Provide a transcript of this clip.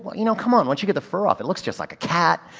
but you know, c'mon, once you get the fur off it looks just like a cat.